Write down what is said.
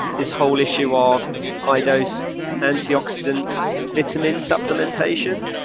this whole issue ah of high dose antioxidant vitamin supplementation,